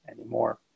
anymore